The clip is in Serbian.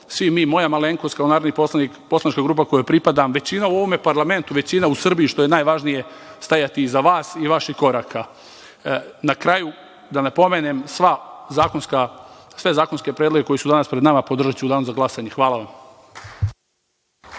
svi mi, moja malenkost, kao narodni poslanik, poslanička grupa kojoj pripadam, većina u ovome parlamentu, većina u Srbiji, što je najvažnije, stajati iza vas i vaših koraka. Na kraju da napomenem, sve zakonske predloge koji su danas podržaću u danu za glasanje. Hvala vam.